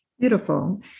Beautiful